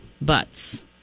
Butts